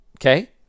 Okay